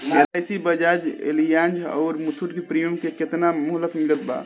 LIC Bajaj Allianz आउर मुथूट के premium के केतना मुहलत मिलल बा?